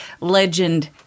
legend